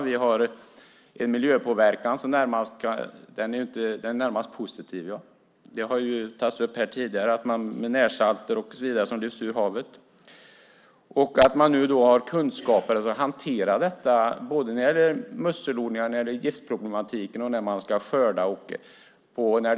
Vi har en miljöpåverkan som närmast är positiv med närsalter och annat som lyfts ur havet. Det har nämnts här tidigare. Man har nu kunskap att hantera detta både när det gäller musselodlingar, giftproblematiken och när man ska skörda.